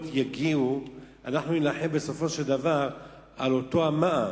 אנחנו נילחם בסופו של דבר על אותו המע"מ,